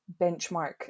benchmark